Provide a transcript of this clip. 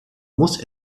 muss